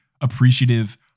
appreciative